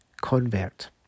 convert